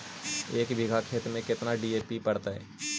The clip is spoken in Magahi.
एक बिघा खेत में केतना डी.ए.पी खाद पड़तै?